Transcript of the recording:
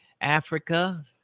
Africa